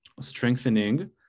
strengthening